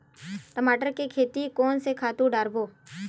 टमाटर के खेती कोन से खातु डारबो?